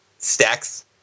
Stacks